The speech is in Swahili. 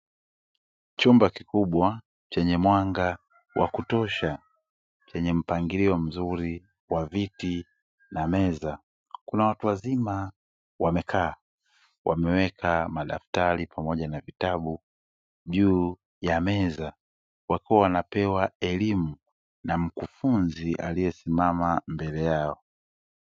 Chumba kikubwa chenye mwanga wa kutosha chenye mpangilio mzuri wa viti na meza kuna watu wazima wamekaa wameweka madaftari pamoja na vitabu juu ya meza wakiwa wanapewa elimu na mkufunzi aliesimama mbele yao.